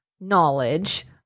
knowledge